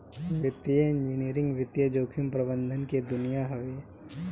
वित्तीय इंजीनियरिंग वित्तीय जोखिम प्रबंधन के दुनिया हवे